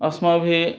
अस्माभिः